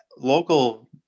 local